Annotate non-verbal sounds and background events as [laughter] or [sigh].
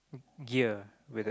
[noise] gear with a